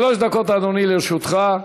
שלוש דקות, אדוני, לרשותך.